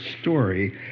story